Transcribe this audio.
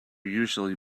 usually